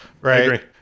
Right